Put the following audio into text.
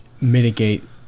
mitigate